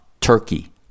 Turkey